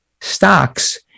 stocks